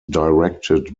directed